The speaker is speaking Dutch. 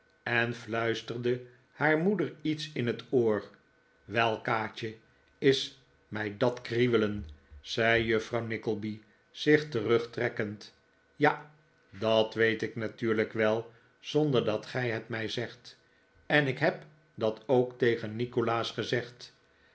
en fluisterde haar moeder iets in het oor wel kaatje is mij dat krieuwelen zei juffrouw nickleby zich terugtrekkend ja dat weet ik natuurlijk wel zonder dat gij het mij zegtj en ik heb dat ook tegen nikolaas gezegd